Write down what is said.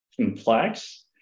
complex